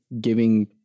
giving